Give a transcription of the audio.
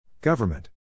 Government